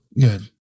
good